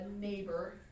neighbor